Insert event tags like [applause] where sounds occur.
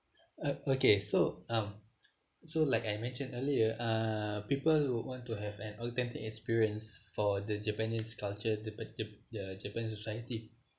uh okay so um [noise] so like I mentioned earlier uh people would want to have an authentic experience for the japanese culture the jap~ the japan society [breath]